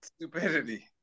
stupidity